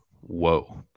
Whoa